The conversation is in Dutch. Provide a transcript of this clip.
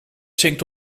zingt